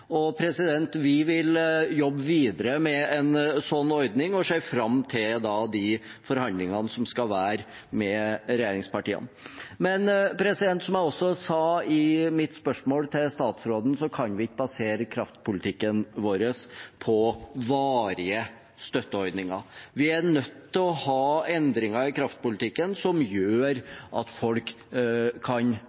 Vi vil jobbe videre med en slik ordning og ser fram til de forhandlingene som skal være med regjeringspartiene. Som jeg også sa i mitt spørsmål til statsråden, kan vi ikke basere kraftpolitikken vår på varige støtteordninger. Vi er nødt til å ha endringer i kraftpolitikken som gjør at folk kan